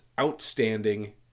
outstanding